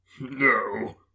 No